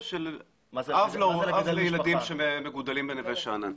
של אב לילדים שמגודלים בנווה שאנן.